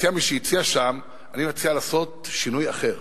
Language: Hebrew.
הציע מי שהציע שם: אני מציע לעשות שינוי אחר,